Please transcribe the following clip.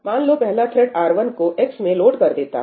मान लो पहला थ्रेड R1 को x में लोड कर देता है